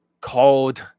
called